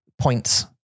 points